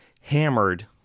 hammered